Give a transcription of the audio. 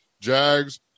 Jags